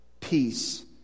Peace